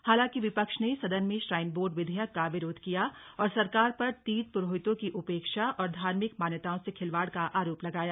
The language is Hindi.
हालांकि विपक्ष ने सदन में श्राइन बोर्ड विधेयक का विरोध किया और सरकार पर तीर्थपुरोहितों की उपेक्षा और धार्मिक मान्यताओं से खिलवाड़ का आरोप लगाया